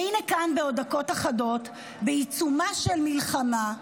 והינה כאן, בעוד דקות אחדות, בעיצומה של מלחמה,